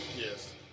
Yes